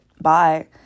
bye